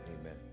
Amen